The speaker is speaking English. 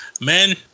Men